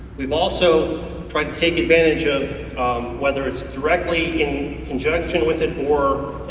we've also tried taking advantage of whether it's directly in conjunction with it or